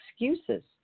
excuses